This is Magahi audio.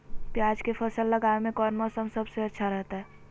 प्याज के फसल लगावे में कौन मौसम सबसे अच्छा रहतय?